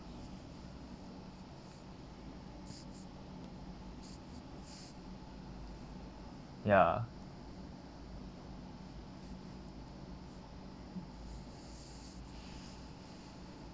ya